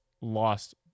lost